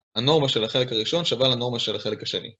הנורמה של החלק הראשון שווה לנורמה של החלק השני